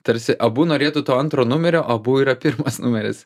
tarsi abu norėtų to antro numerio abu yra pirmas numeris